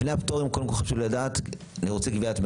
לפני הפטורים, אני רוצה קביעת מחיר.